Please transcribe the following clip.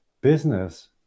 business